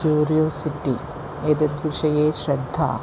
curiosity एतद्विषये श्रद्धा